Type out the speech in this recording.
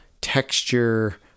texture